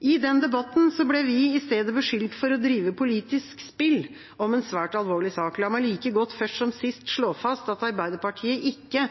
I den debatten ble vi beskyldt for å drive politisk spill om en svært alvorlig sak. La meg like godt først som sist slå fast at Arbeiderpartiet ikke